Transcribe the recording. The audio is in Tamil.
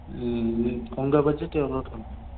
ம் ம் உங்கள் பட்ஜெட்டு எவ்வளோன்னு சொல்லுங்கள்